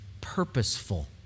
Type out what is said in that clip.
purposeful